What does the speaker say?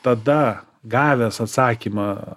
tada gavęs atsakymą